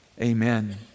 Amen